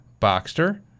Boxster